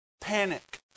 panic